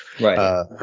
Right